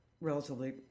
relatively